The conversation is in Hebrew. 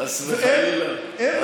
חס וחלילה, חס וחלילה.